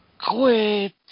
quit